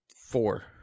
Four